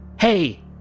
Hey